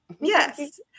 Yes